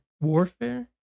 warfare